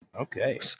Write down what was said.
Okay